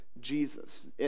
Jesus